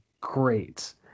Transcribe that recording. great